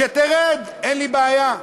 שתרד, אין לי בעיה.